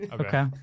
Okay